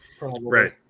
Right